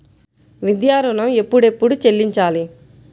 విద్యా ఋణం ఎప్పుడెప్పుడు చెల్లించాలి?